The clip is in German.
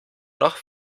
noch